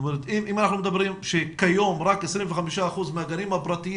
אם אנחנו אומרים שכיום רק 25אחוזים מהגנים הפרטיים